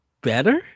better